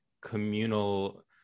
communal